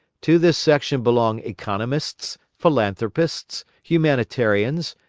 to this section belong economists, philanthropists, humanitarians,